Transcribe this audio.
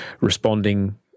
responding